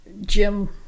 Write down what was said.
Jim